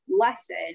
lesson